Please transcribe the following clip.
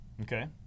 Okay